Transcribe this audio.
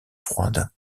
froide